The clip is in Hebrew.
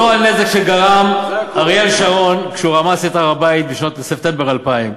אותו הנזק שגרם אריאל שרון כשהוא רמס את הר-הבית בספטמבר 2000,